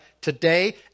today